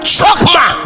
Chokma